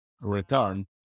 return